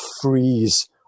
freeze